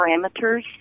parameters